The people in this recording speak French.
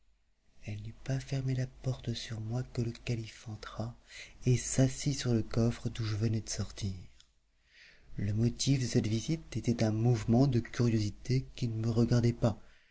elle n'eut pas fermé la porte sur moi que le calife entra et s'assit sur le coffre d'où je venais de sortir le motif de cette visite était un mouvement de curiosité qui ne me regardait pas